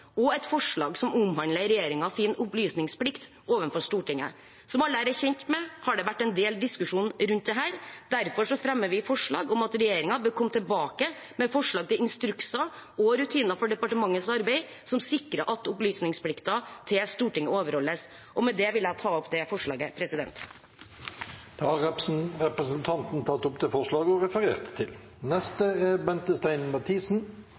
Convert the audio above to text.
og et forslag som omhandler regjeringens opplysningsplikt overfor Stortinget. Som alle her er kjent med, har det vært en del diskusjon rundt dette. Derfor fremmer vi forslag om at regjeringen bør komme tilbake med forslag til instrukser og rutiner for departementets arbeid som sikrer at opplysningsplikten til Stortinget overholdes. Med det vil jeg ta opp det forslaget. Representanten Eva Kristin Hansen har tatt opp det forslaget hun refererte til.